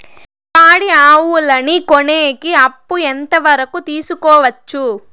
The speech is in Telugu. పాడి ఆవులని కొనేకి అప్పు ఎంత వరకు తీసుకోవచ్చు?